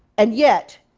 and yet,